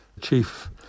chief